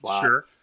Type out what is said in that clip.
sure